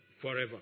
forever